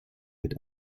wird